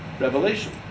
Revelation